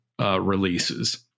releases